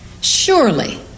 Surely